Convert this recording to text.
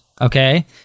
Okay